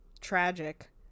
tragic